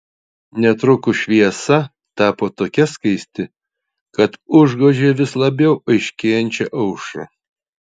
netrukus šviesa tapo tokia skaisti kad užgožė vis labiau aiškėjančią aušrą